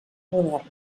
modern